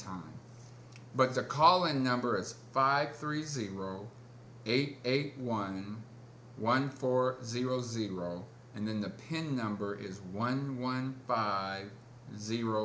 time but it's a call and number is five three zero eight eight one one four zero zero and then the pin number is one one five zero